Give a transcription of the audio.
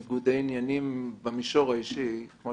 ניגודי עניינים במישור האישי, כמו